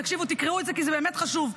תקשיבו, תקראו את זה, כי זה באמת חשוב.